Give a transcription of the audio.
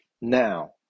Now